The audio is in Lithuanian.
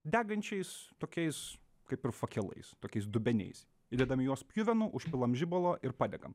degančiais tokiais kaip ir fakelais tokiais dubeniais įdedam į juos pjuvenų užpilam žibalo ir padegam